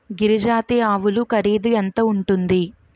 గిరి జాతి ఆవులు ఖరీదు ఎంత ఉంటుంది?